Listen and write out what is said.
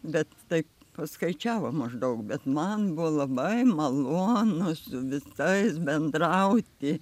bet taip paskaičiavo maždaug bet man buvo labai malonu su visais bendrauti